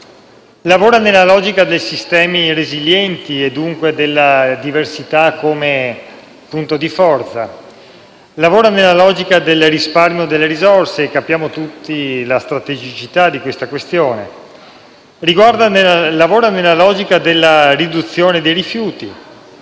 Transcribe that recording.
lavora nella logica dei sistemi resilienti, e dunque della diversità come punto di forza; lavora nella logica del risparmio delle risorse, e capiamo tutti la strategicità di questa questione. Lavora nella logica della riduzione dei rifiuti